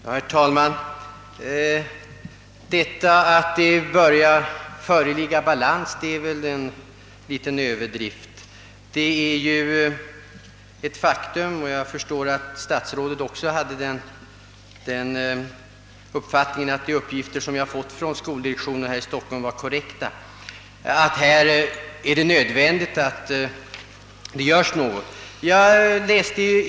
Herr talman! Att säga att det »börjar bli balans inom skolväsendet» är väl att göra sig skyldig till en liten överdrift. De uppgifter jag fått från skoldirektionen här i Stockholm är säkert korrekta — jag antager att statsrådet också har den uppfattningen — och det är därför nödvändigt att det vidtages vissa åtgärder.